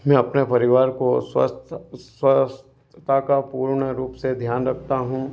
मैं अपने परिवार को स्वस्थ स्वस्थता का पूर्ण रूप से ध्यान रखता हूँ